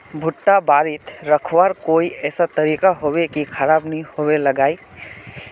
भुट्टा बारित रखवार कोई ऐसा तरीका होबे की खराब नि होबे लगाई?